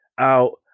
out